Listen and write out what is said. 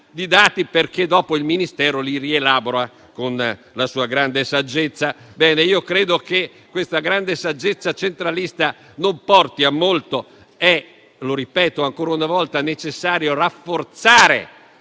perché dopo il Ministero li rielabora con la sua grande saggezza. Io credo che questa grande saggezza centralista non porti a molto. Ripeto ancora una volta che è necessario rafforzare